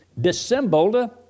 dissembled